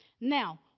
Now